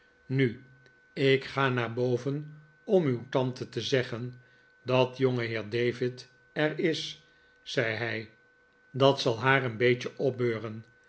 nu ik ga naar boven om uw tante te zeggen dat jongeheer david er is zei hij dat zal haar een beetje opbeuren